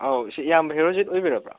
ꯑꯧ ꯁꯤ ꯏꯌꯥꯝꯕ ꯍꯦꯔꯣꯖꯤꯠ ꯑꯣꯏꯕꯤꯔꯕ꯭ꯔꯣ